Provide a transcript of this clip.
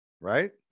right